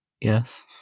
yes